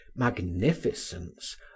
magnificence